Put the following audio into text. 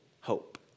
hope